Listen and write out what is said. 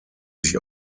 sich